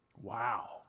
Wow